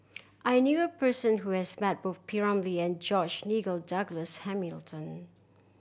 I knew a person who has met both P Ramlee and George Nigel Douglas Hamilton